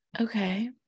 Okay